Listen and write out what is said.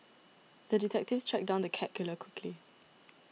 the detective tracked down the cat killer quickly